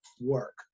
work